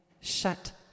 shut